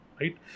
right